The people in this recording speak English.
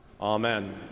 Amen